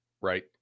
right